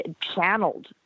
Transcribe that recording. channeled